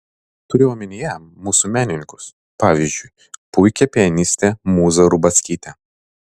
turiu omenyje mūsų menininkus pavyzdžiui puikią pianistę mūzą rubackytę